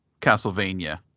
castlevania